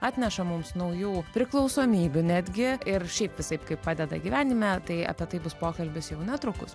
atneša mums naujų priklausomybių netgi ir šiaip visaip kaip padeda gyvenime tai apie tai bus pokalbis jau netrukus